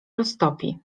roztopi